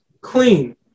clean